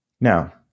Now